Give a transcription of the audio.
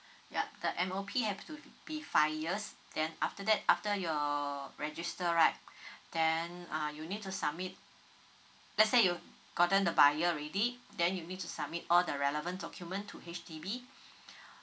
yup the M_O_P has to be five years then after that after your register right then uh you need to submit let's say you gotten the buyer ready then you need to submit all the relevant document to H_D_B